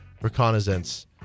reconnaissance